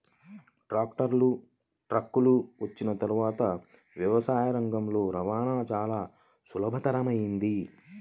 tractor, ట్రక్కులు వచ్చిన తర్వాత వ్యవసాయ రంగంలో రవాణా చాల సులభతరమైంది